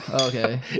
Okay